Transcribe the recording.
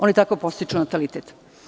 Oni tako podstiču natalitet.